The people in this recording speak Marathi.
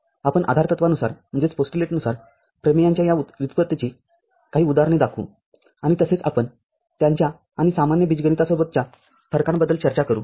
आपण आधारतत्वानुसारप्रमेयांच्या या व्युत्पत्तीची काही उदाहरणे दाखवू आणि तसेच आपण त्यांच्या आणि सामान्य बीजगणितासोबतच्या फरकाबद्दल चर्चा करू